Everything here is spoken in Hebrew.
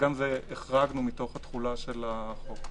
גם את זה החרגנו מתחולת החוק.